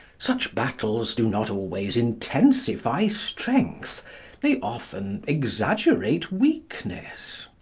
such battles do not always intensify strength they often exaggerate weakness.